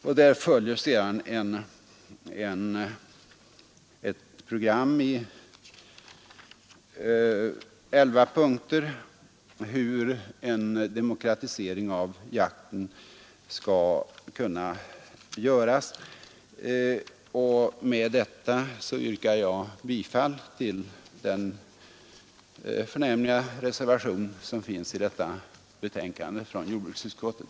Sedan följer ett program i elva punkter för en demokratisering av jakten. Med detta yrkar jag bifall till den förnämliga reservationen till detta betänkande från jordbruksutskottet.